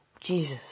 Jesus